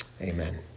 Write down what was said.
Amen